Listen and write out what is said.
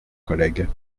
collègue